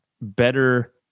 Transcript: better